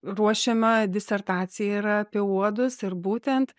ruošiama disertacija yra apie uodus ir būtent